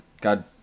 God